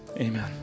Amen